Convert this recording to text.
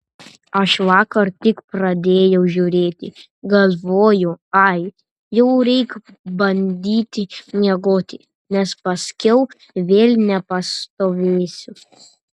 aš vakar tik pradėjau žiūrėti galvoju ai jau reik bandyti miegoti nes paskiau vėl nepastovėsiu